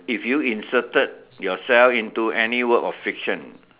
if you inserted yourself into any work of fiction